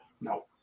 No